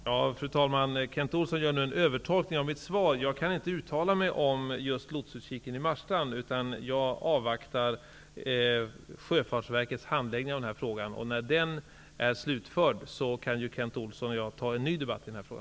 Fru talman! Kent Olsson gör nu en övertolkning av mitt svar. Jag kan inte uttala mig om just lotsutkiken i Marstrand, utan jag avvaktar Sjöfartsverkets handläggning av denna fråga. När den är slutförd, kan Kent Olsson och jag ha en ny debatt i denna fråga.